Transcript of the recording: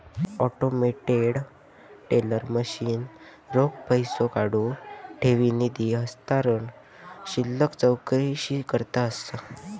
automated teller machine रोख पैसो काढुक, ठेवी, निधी हस्तांतरण, शिल्लक चौकशीकरता असा